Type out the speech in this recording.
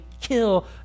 kill